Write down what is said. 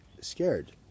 scared